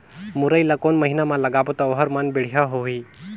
मुरई ला कोन महीना मा लगाबो ता ओहार मान बेडिया होही?